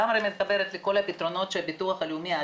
הוספנו מאות נציגי שירות למוקדים של הביטוח הלאומי,